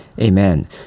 amen